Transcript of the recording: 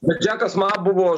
bet džekas ma buvo